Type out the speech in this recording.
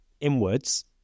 inwards